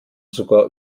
sogar